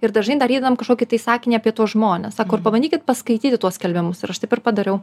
ir dažnai dar įdedam kažkokį tai sakinį apie tuos žmones sako ir pabandykit paskaityti tuos skelbimus ir aš taip ir padariau